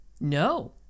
No